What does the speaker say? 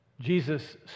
Jesus